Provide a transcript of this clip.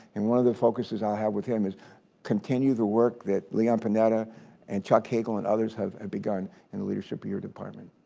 and one of the focuses i'll have with him is continue the work that leon panetta and chuck hagel and others have begun in the leadership of your department.